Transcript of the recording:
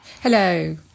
Hello